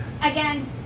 Again